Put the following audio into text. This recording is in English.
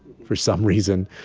for some reason.